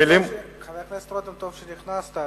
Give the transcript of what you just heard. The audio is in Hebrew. חבר הכנסת רותם, טוב שנכנסת.